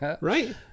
right